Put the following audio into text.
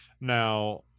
Now